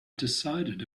decided